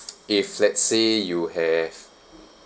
if let's say you have